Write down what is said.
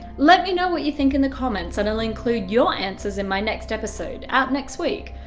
let me know what you think in the comments and i'll include your answers in my next episode, out next week!